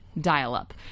dial-up